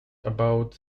about